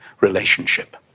relationship